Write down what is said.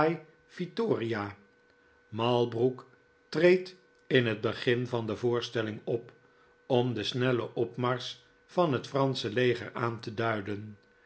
vittoria malbrook treedt in het begin van de voorstelling op om den snellen opmarsch van het fransche leger aan te duiden